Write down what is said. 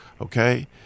okay